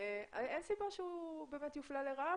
אין סיבה שהוא יופלה לרעה,